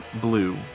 Blue